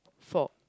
four